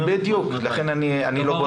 אין לנו זמן שנתיים.